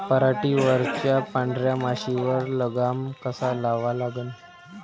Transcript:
पराटीवरच्या पांढऱ्या माशीवर लगाम कसा लावा लागन?